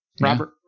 Robert